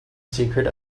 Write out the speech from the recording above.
secret